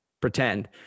pretend